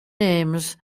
names